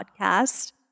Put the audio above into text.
podcast